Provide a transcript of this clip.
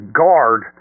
guard